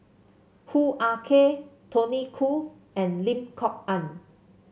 Hoo Ah Kay Tony Khoo and Lim Kok Ann